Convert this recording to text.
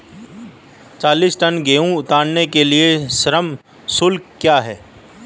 चालीस टन गेहूँ उतारने के लिए श्रम शुल्क क्या होगा?